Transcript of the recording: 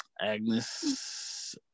Agnes